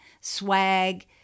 swag